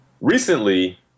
Recently